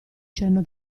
cenno